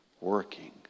working